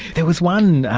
there was one,